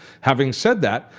having said that,